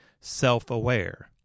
self-aware